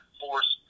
force